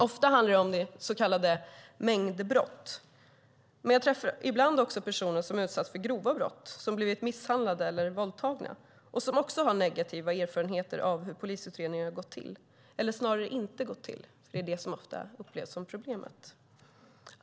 Ofta handlar det om så kallade mängdbrott, men jag träffar ibland också personer som har utsatts för grova brott, som har blivit misshandlade eller våldtagna och som också har negativa erfarenheter av hur polisutredningen har gått till eller snarare inte gått till. Det är det som ofta upplevs som problemet.